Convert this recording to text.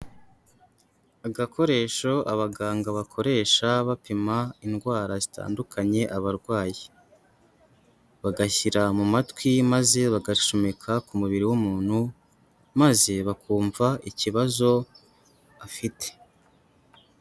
Agakoresho abaganga bakoresha bapima indwara zitandukanye abarwayi. Bagashyira mu matwi maze bagacomeka ku mubiri w'umuntu maze bakumva ikibazo afite.